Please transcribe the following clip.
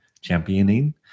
championing